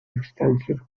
extensive